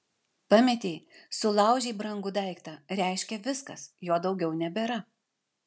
pametei sulaužei brangų daiktą reiškia viskas jo daugiau nebėra